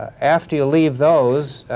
after you leave those,